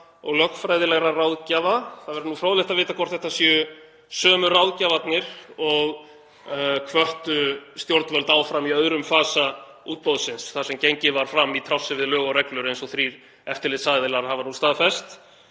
og lögfræðilegra ráðgjafa.“ Það væri nú fróðlegt að vita hvort þetta séu sömu ráðgjafarnir og hvöttu stjórnvöld áfram í öðrum fasa útboðsins þar sem gengið var fram í trássi við lög og reglur eins og þrír eftirlitsaðilar hafa nú staðfest.